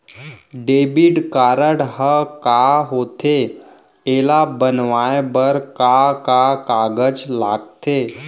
Debit card ह का होथे एला बनवाए बर का का कागज लगथे?